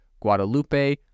guadalupe